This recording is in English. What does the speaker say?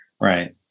Right